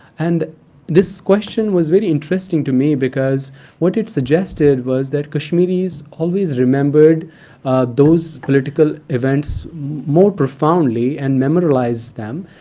and this question was very interesting to me, because what it suggested was that kashmiris always remembered those political events more profoundly, and memorialize them,